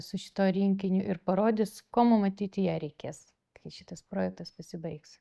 su šituo rinkiniu ir parodys ko mum ateityje reikės kai šitas projektas pasibaigs